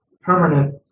permanent